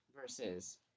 versus